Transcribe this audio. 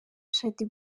shaddy